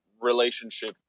relationship